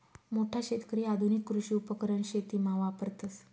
मोठा शेतकरी आधुनिक कृषी उपकरण शेतीमा वापरतस